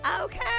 okay